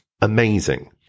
amazing